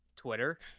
Twitter